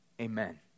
Amen